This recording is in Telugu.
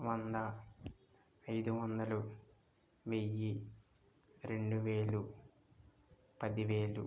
వంద ఐదు వందలు వెయ్యి రెండు వేలు పది వేలు